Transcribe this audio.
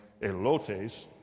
elotes